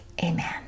Amen